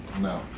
No